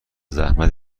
زحمت